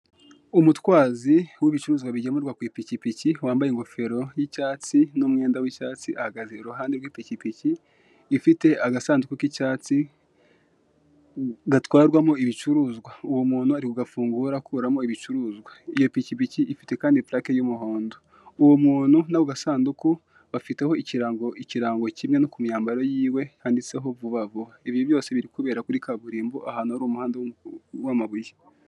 Umutwazi w'ibicuruzwa bigemurwa k'ipikipiki wambaye ingofero y'icyatsi n'umyenda w'icyatsi ahagaze iruhande rw'ipikipiki ifite agasanduku k'icyatsi gatwarwamo ibicuruzwa. Uwo muntu arigufungura akuramo ibicuruzwa, iyo pikipiki ifite purake y'umuhondo. Uwo muntu nako gasanduku bafiteho ikirango kimwe no kumyambaro yiwe handitsweho vuba vuba ibyo byose biri kubera kuri kaburimbo ahantu hari umuhanda w'amabuye.